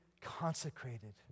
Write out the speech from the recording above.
consecrated